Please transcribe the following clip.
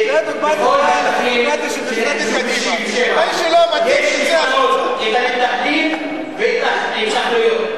הדוגמה שתהיה לכל השטחים של 67'. יש לפנות את המתנחלים ואת ההתנחלויות.